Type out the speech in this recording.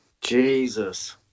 Jesus